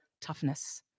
toughness